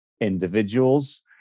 individuals